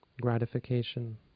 gratification